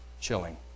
chilling